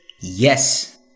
yes